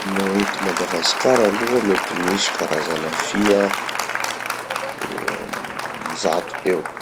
No eto madagasikara aloha mety misy karazana fia zato eo.